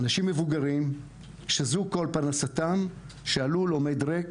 אנשים מבוגרים שזו כל פרנסתם, שהלול עומד ריק